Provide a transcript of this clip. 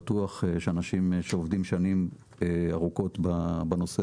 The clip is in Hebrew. בטוח שאנשים שעובדים שנים ארוכות בנושא